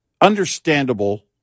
understandable